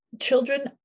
children